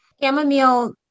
Chamomile